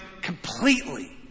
completely